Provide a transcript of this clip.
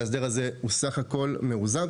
נראה לי שההסדר הזה הוא סך הכול מאוזן.